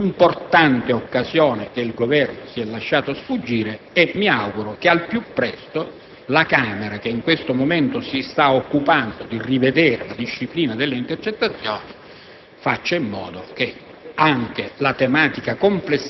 Mantengo le mie riserve per un'importante occasione che il Governo si è lasciato sfuggire. Mi auguro che al più presto la Camera, che in questo momento si sta occupando di rivedere la disciplina delle intercettazioni,